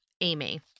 Amy